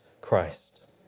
Christ